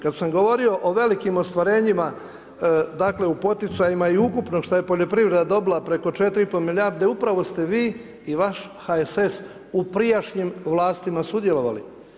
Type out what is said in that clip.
Kada sam govorio o velikim ostvarenjima dakle u poticajima i ukupno što je poljoprivreda dobila preko 4 i pol milijarde, upravo ste vi i vaš HSS u prijašnjim vlastima sudjelovali.